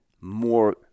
more